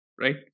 right